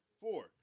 Four